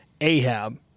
Ahab